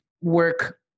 work